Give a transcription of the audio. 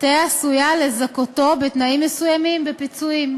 מסופק תהיה עשויה לזכותו בתנאים מסוימים בפיצויים.